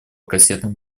кассетным